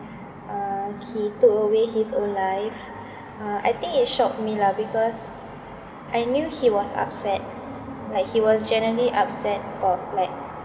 uh he took away his own life uh I think it shocked me lah because I knew he was upset like he was genuinely upset for like